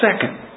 second